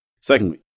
Secondly